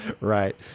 right